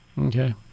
Okay